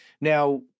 Now